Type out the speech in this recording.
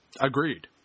Agreed